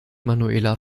manuela